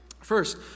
First